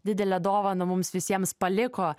didelę dovaną mums visiems paliko